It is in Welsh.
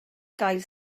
gael